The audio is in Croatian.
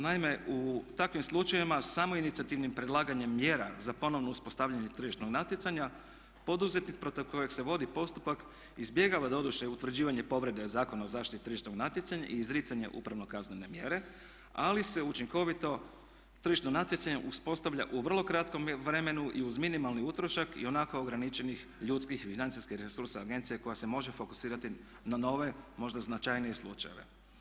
Naime, u takvim slučajevima samo inicijativnim predlaganjem mjera za ponovno uspostavljanje tržišnog natjecanja poduzetnik protiv kojeg se vodi postupak izbjegava doduše utvrđivanje povrede Zakona o zaštiti tržišnog natjecanja i izricanja upravo kaznene mjere, ali se učinkovito tržišno natjecanje uspostavlja u vrlo kratkom vremenu i uz minimalni utrošak i onako ograničenih ljudskih i financijskih resursa agencije koja se može fokusirati na nove možda značajnije slučajeve.